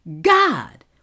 God